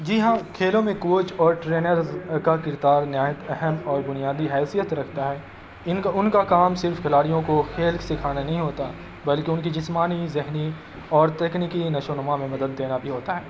جی ہاں کھیلوں میں کوچ اور ٹرینر کا کردار نہایت اہم اور بنیادی حیثیت رکھتا ہے ان کا ان کا کام صرف کھلاڑیوں کو کھیل سکھانا نہیں ہوتا بلکہ ان کی جسمانی ذہنی اور تکنیکی نشو و نما میں مدد دینا بھی ہوتا ہے